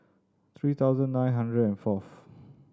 three thousand nine hundred and fourth